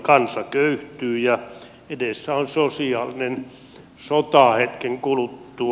kansa köyhtyy ja edessä on sosiaalinen sota hetken kuluttua